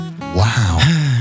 Wow